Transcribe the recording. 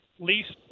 Least